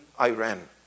Iran